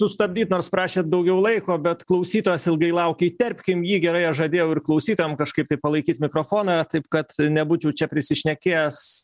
sustabdyt nors prašėt daugiau laiko bet klausytojas ilgai laukia įterpkim jį gerai aš žadėjau ir klausytojam kažkaip taip palaikyt mikrofoną taip kad nebūčiau čia prisišnekėjęs